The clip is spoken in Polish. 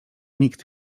nikt